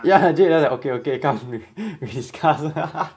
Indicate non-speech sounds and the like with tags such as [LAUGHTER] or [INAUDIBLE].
ya cheat then 讲 okay okay come we we discuss [LAUGHS]